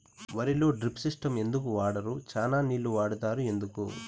వరిలో drip system ఎందుకు వాడరు? చానా నీళ్లు వాడుతారు ఎందుకు?